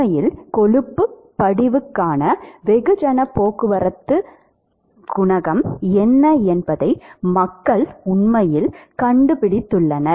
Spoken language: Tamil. உண்மையில் கொழுப்பு படிவுக்கான வெகுஜன போக்குவரத்து குணகம் என்ன என்பதை மக்கள் உண்மையில் கண்டுபிடித்துள்ளனர்